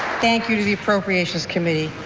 thank you to the appropriations committee.